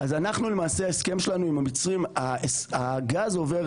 ההסכם שלנו עם המצרים, הגז עובר